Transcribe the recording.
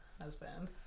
husband